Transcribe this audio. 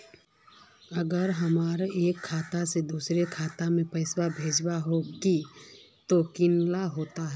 अगर हमरा एक खाता से दोसर खाता में पैसा भेजोहो के है तो केना होते है?